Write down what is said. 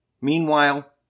Meanwhile